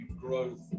growth